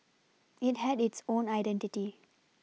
it had its own identity